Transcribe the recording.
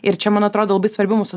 ir čia man atrodo labai svarbi mūsų